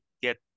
get